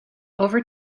over